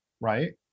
right